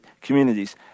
communities